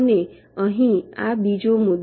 અને અહીં આ બીજો મુદ્દો